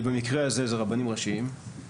במקרה הזה זה רבנים ראשיים,